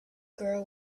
girl